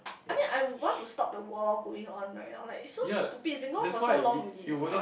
I mean I would want to stop the war going on right I would like so stupid it's been going on for so long already